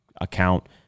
account